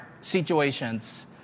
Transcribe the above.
situations